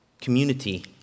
community